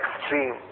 extreme